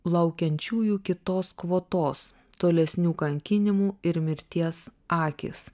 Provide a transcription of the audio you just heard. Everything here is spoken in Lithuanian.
laukiančiųjų kitos kvotos tolesnių kankinimų ir mirties akys